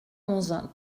onze